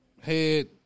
Head